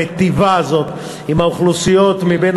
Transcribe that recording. המיטיבה עם האוכלוסיות שהן מבין